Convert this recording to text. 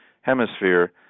Hemisphere